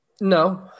No